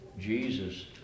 Jesus